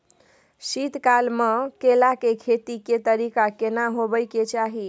शीत काल म केला के खेती के तरीका केना होबय के चाही?